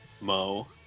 mo